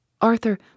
Arthur